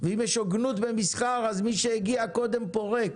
ואם יש הוגנות במסחר, אז מי שהגיע קודם פורק.